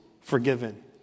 forgiven